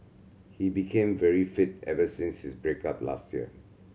he became very fit ever since his break up last year